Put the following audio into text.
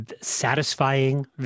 satisfying